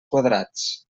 quadrats